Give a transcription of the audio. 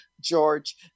George